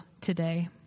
today